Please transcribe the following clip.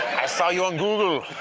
i saw you on google.